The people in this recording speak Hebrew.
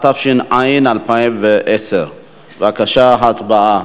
התש"ע 2010. בבקשה, הצבעה.